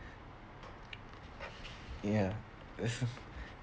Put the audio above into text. ya